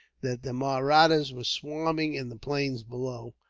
that the mahrattas were swarming in the plains below,